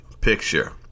picture